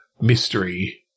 mystery-